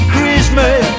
Christmas